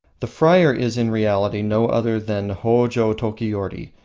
the friar is in reality no other than hojo-tokiyori,